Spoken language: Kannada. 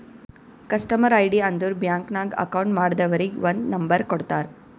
ಕಸ್ಟಮರ್ ಐ.ಡಿ ಅಂದುರ್ ಬ್ಯಾಂಕ್ ನಾಗ್ ಅಕೌಂಟ್ ಮಾಡ್ದವರಿಗ್ ಒಂದ್ ನಂಬರ್ ಕೊಡ್ತಾರ್